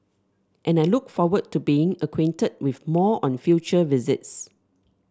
and I look forward to being acquainted with more on future visits